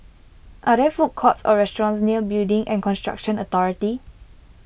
are there food courts or restaurants near Building and Construction Authority